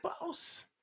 boss